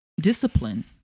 discipline